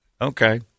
Okay